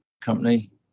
company